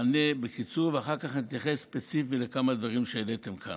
אענה בקיצור ואחר כך אתייחס ספציפית לכמה דברים שהעליתם כאן.